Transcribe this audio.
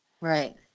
Right